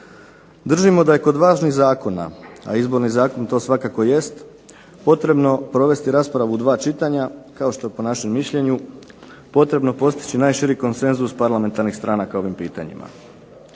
Držimo da je kod važnih zakona, a Izborni zakon to svakako jest, potrebno provesti raspravu u dva čitanja kao što je po našem mišljenju potrebno postići najširi konsenzus parlamentarnih stranaka o ovim pitanjima.